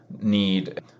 need